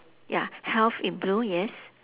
ya health in blue yes